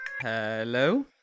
hello